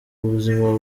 ubuzima